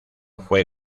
fue